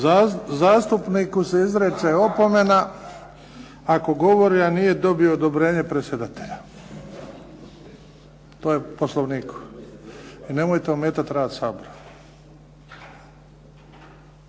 Zastupniku se izriče osoba ako govori, a nije dobio odobrenje predsjedatelja. To je po Poslovniku i nemojte ometati rad Sabora.